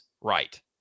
right